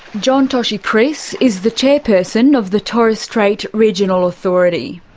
john toshi kris is the chairperson of the torres strait regional authority.